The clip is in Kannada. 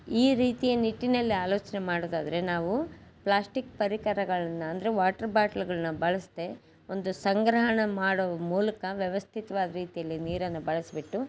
ಈ ರೀತಿಯ ನಿಟ್ಟಿನಲ್ಲಿ ಆಲೋಚನೆ ಮಾಡೋದಾದರೆ ನಾವು ಪ್ಲ್ಯಾಸ್ಟಿಕ್ ಪರಿಕರಗಳನ್ನು ಅಂದರೆ ವಾಟ್ರ್ ಬಾಟ್ಲ್ಗಳನ್ನ ಬಳಸ್ದೇ ಒಂದು ಸಂಗ್ರಹಣ ಮಾಡೋ ಮೂಲಕ ವ್ಯವಸ್ಥಿತ್ವಾದ ರೀತಿಯಲ್ಲಿ ನೀರನ್ನು ಬಳಸ್ಬಿಟ್ಟು